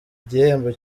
igihembo